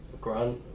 Grant